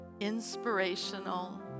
inspirational